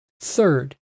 Third